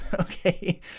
okay